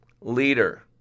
leader